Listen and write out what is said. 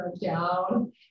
down